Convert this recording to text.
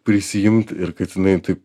prisiimt ir kad jinai taip